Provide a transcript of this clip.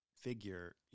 figure